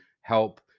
help